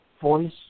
voice